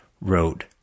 wrote